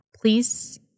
Please